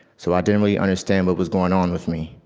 so i didn't really understand what was going on with me.